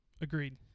Agreed